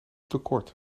tekort